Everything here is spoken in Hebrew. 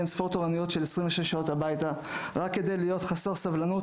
אין-ספור תורנויות של 26 שעות הביתה רק כדי להיות חסר סבלנות,